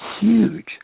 huge